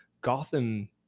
gotham